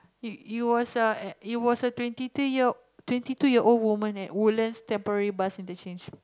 it it was a at it was a twenty two twenty two year old woman at Woodlands Temporary Bus Interchange